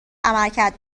عملکرد